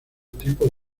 tipo